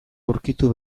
aurkitu